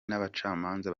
n’abacamanza